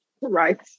Right